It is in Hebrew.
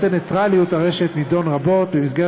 אך נושא נייטרליות הרשת נדון רבות במסגרת